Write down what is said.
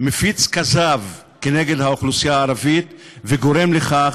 מפיץ כזב כנגד האוכלוסייה הערבית וגורם לכך